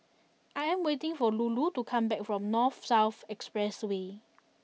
I am waiting for Lulu to come back from North South Expressway